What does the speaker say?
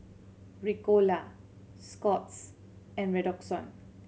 Ricola Scott's and Redoxon